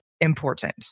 important